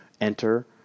enter